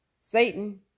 Satan